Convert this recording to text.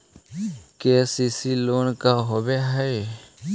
KCC loan का होब हइ?